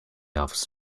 offs